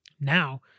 now